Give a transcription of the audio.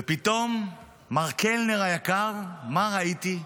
ופתאום, מר קלנר היקר, מה ראיתי?